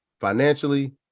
financially